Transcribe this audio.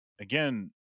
Again